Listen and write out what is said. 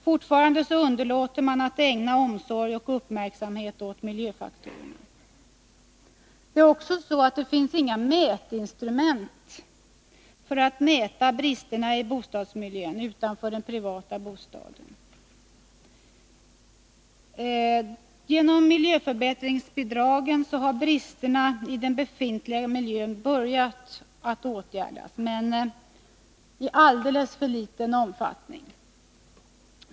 Fortfarande underlåter man att ägna omsorg och uppmärksamhet åt miljöfaktorerna. Det finns inga instrument för att mäta bristerna i bostadsmiljön utanför den privata bostaden. Genom miljöförbättringsbidragen har bristerna i den befintliga miljön börjat åtgärdas — men i alldeles för liten omfattning.